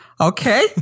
Okay